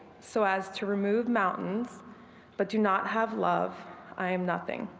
so as to remove mountains but do not have love i am nothing.